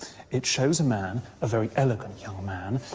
it shows a man, a very elegant young man,